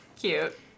cute